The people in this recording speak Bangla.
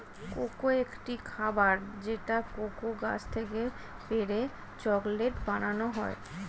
কোকো একটি খাবার যেটা কোকো গাছ থেকে পেড়ে চকলেট বানানো হয়